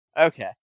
Okay